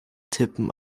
tippen